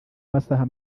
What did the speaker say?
masaha